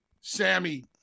Sammy